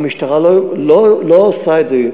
נשים, המשטרה לא עושה את זה.